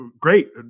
great